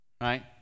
right